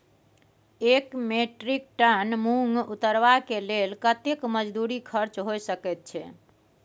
एक metric tonne मूंग उतरबा के लेल कतेक मजदूरी खर्च होय सकेत छै?